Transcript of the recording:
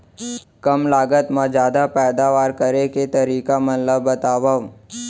कम लागत मा जादा पैदावार करे के तरीका मन ला बतावव?